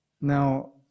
now